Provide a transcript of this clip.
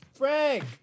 Frank